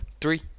Three